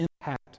impact